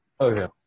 Okay